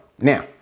Now